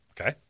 Okay